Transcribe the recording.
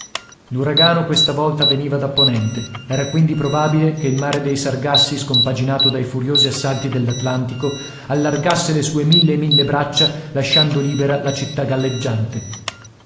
l'uragano questa volta veniva da ponente era quindi probabile che il mare dei sargassi scompaginato dai furiosi assalti dell'atlantico allargasse le sue mille e mille braccia lasciando libera la città galleggiante